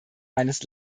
meines